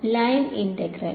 വിദ്യാർത്ഥി line integral